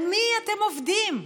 על מי אתם עובדים?